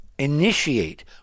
Initiate